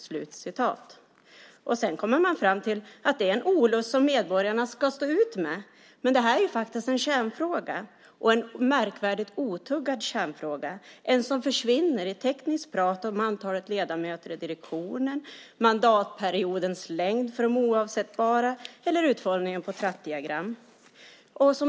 Sedan kommer man fram till att det är en olust som medborgarna ska stå ut med. Men det här är faktiskt en kärnfråga - och en märkvärdigt otuggad kärnfråga, en som försvinner i tekniskt prat om antalet ledamöter i direktionen, mandatperiodens längd för de oavsättbara eller utformningen på diagram.